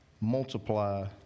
multiply